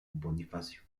bonifacio